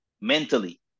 mentally